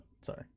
sorry